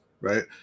right